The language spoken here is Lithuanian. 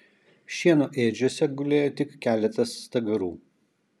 šieno ėdžiose gulėjo tik keletas stagarų